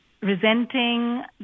resenting